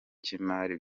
cy’imari